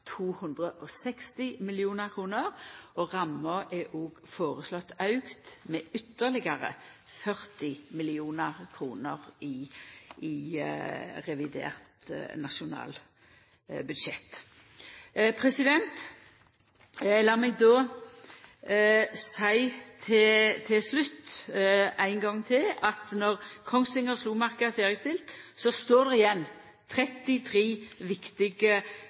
Ramma er òg foreslått auka med ytterlegare 40 mill. kr i revidert nasjonalbudsjett. Lat meg seia til slutt ein gong til: Når Kongsvinger–Slomarka er ferdigstilt, står det igjen 33 viktige